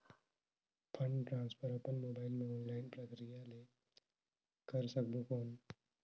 Fund transfer अपन mobile मे online प्रक्रिया ले कर सकबो कौन?